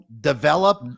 develop